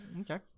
okay